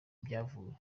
byavuye